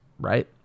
right